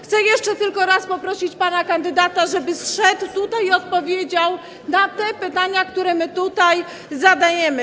Chcę jeszcze tylko raz poprosić pana kandydata, żeby zszedł tutaj i odpowiedział na te pytania, które tu zadajemy.